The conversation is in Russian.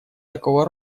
такого